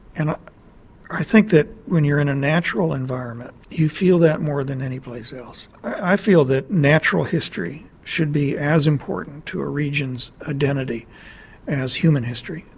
and i think that when you're in a natural environment you feel that more than anyplace else. i feel that natural history should be as important to a regions identity as human history,